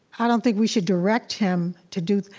i don't think we should direct him to do,